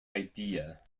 idea